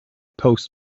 post